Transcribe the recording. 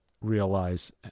realize